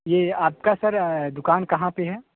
ये आप का सर दुकान कहाँ पे है